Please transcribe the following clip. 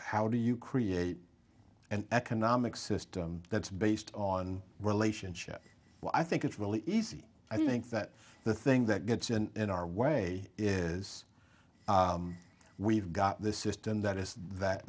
how do you create an economic system that's based on relationship well i think it's really easy i think that the thing that gets in our way is we've got this system that is that